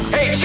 Hey